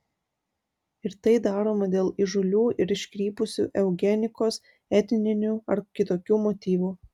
ir tai daroma dėl įžūlių ir iškrypusių eugenikos etninių ar kitokių motyvų